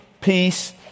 peace